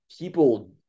people